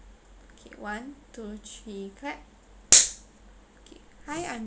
okay one two three clap okay hi I'm